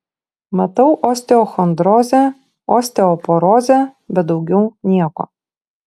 matau osteochondrozę osteoporozę bet daugiau nieko